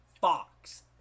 Fox